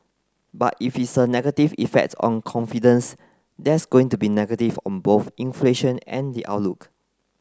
but if it's a negative effect on confidence that's going to be negative on both inflation and the outlook